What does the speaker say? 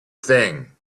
thing